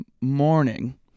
Morning